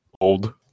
Old